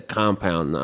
compound